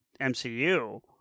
MCU